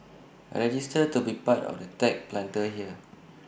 register to be part of the tech Planter here